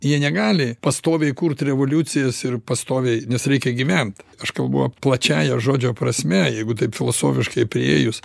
jie negali pastoviai kurt revoliucijas ir pastoviai nes reikia gyvent aš kalbu plačiąja žodžio prasme jeigu taip filosofiškai priėjus